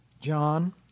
John